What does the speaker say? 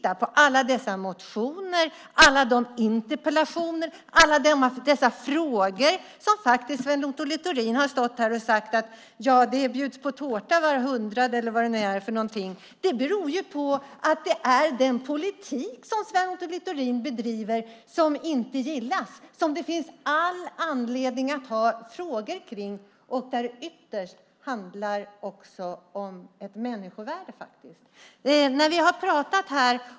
Alla våra motioner, interpellationer och frågor - Sven Otto Littorin har sagt att det bjuds på tårta vid var hundrade - beror på att den politik som Sven Otto Littorin bedriver inte gillas. Det finns all anledning att ha frågor kring den. Ytterst handlar det om ett människovärde.